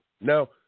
Now